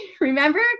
remember